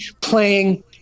playing